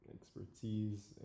expertise